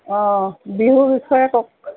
অঁ বিহুৰ বিষয়ে কওঁক